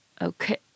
Okay